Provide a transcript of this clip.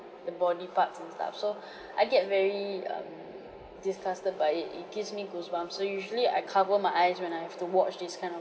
the body parts and stuff so I get very um disgusted by it it gives me goosebumps so usually I cover my eyes when I have to watch this kind of